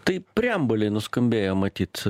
tai preambulėj nuskambėjo matyt